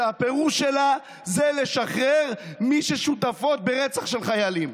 שהפירוש שלה הוא לשחרר את מי ששותפות לרצח חיילים?